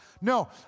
No